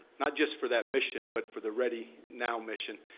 not just for that mission, but for the ready now mission?